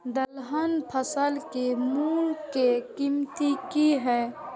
दलहन फसल के मूँग के कीमत की हय?